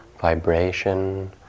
vibration